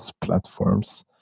platforms